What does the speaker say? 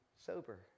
sober